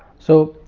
so,